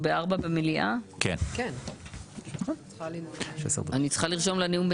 או (4)' יבוא 'לפי פסקת משנה (1)(ב)(2)'.